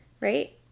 right